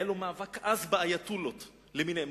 היה לו מאבק עז באייטולות למיניהם.